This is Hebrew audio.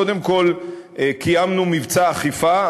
קודם כול קיימנו מבצע אכיפה.